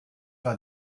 war